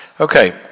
Okay